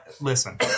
Listen